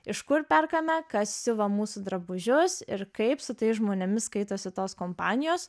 iš kur perkame kas siuva mūsų drabužius ir kaip su tais žmonėmis skaitosi tos kompanijos